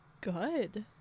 Good